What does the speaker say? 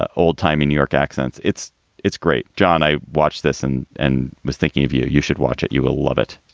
ah old timey new york accents. it's it's great. john, i watched this and i and was thinking of you. you should watch it. you will love it.